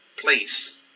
place